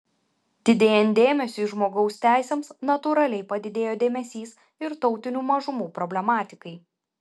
didėjant dėmesiui žmogaus teisėms natūraliai padidėjo dėmesys ir tautinių mažumų problematikai